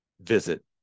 visit